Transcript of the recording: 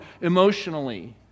emotionally